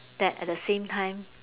that at the same time